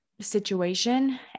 situation